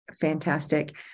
Fantastic